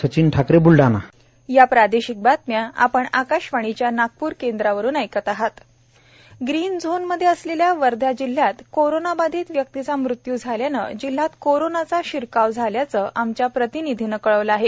Sachin Thackeray Buldhana green zone मध्ये असलेल्या वर्धा जिल्ह्यात कोरोना बाधित व्यक्तीचा मृत्यू झाल्याने जिल्ह्यात कोरोनाचा शिरकाव झाल्याचं आमच्या प्रतिनिधीने कळवले आहे